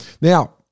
Now